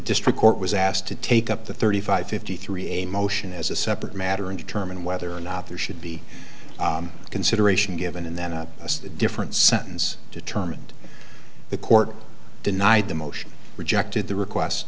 district court was asked to take up the thirty five fifty three a motion as a separate matter and determine whether or not there should be consideration given in that a different sentence determined the court denied the motion rejected the request